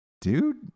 dude